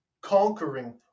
conquering